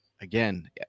again